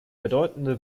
bedeutende